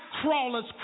crawlers